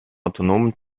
autonomen